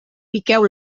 piqueu